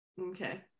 okay